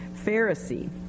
Pharisee